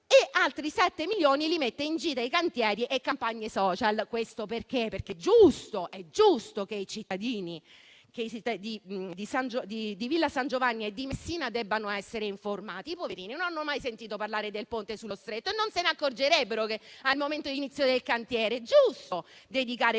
e altri 7 milioni li mette su cantieri e campagne *social*. Questo perché è giusto che i cittadini di Villa San Giovanni e di Messina debbano essere informati: poverini, non hanno mai sentito parlare del Ponte sullo Stretto e non si accorgerebbero del momento d'inizio del cantiere. È giusto dedicare